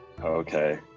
Okay